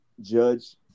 judge